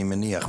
אני מניח,